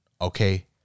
Okay